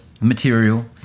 material